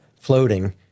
floating